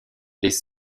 les